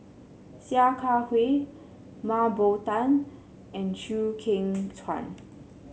Sia Kah Hui Mah Bow Tan and Chew Kheng Chuan